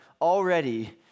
already